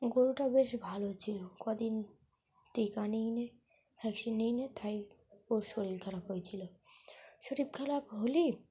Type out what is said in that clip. গরুটা বেশ ভালো ছিল কদিন টিকা নিইনি ভ্যাকসিন নিইনি তাই ওর শরীর খারাপ হয়েছিল শরীর খারাপ হলে